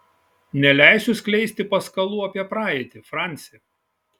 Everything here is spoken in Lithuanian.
neleisiu skleisti paskalų apie praeitį franci